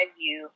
view